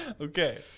Okay